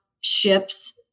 ships